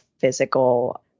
physical